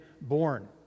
born